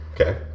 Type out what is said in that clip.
Okay